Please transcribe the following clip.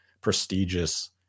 prestigious